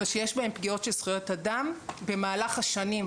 אבל שיש בהן פגיעות בזכויות אדם במהלך השנים,